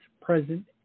present